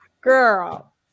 girl